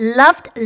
loved